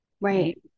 Right